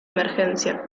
emergencia